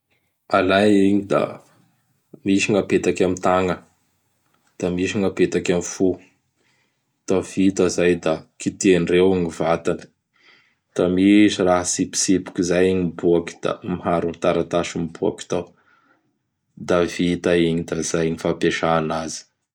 Alay igny da misy gn' apetaky amin'gny tagna da misy gn' apetaky amin'gn fo; da vita izay da kitiandreo gny vatany; da misy raha tsipitsipiky izay miboaky; da miharo gny taratasy miboaky tao; da vita igny da izay gny fampiasa anazy.